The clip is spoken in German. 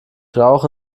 rauche